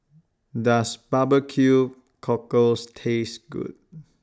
Does Barbecue Cockles Taste Good